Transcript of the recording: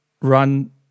run